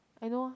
I know ah